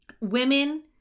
Women